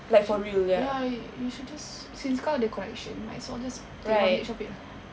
she ya you should just since kau ada connection might as well just take advantage of it ah